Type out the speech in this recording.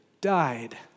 died